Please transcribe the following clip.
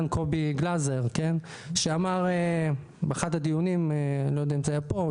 קובי גלזר שאמר באחד הדיונים לא יודע אם זה היה פה,